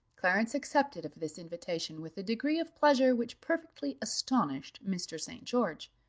clarence accepted of this invitation with a degree of pleasure which perfectly astonished mr. st. george.